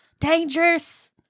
dangerous